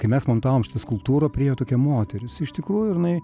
kai mes montavom šitą skulptūrą priėjo tokia moteris iš tikrųjų ir jinai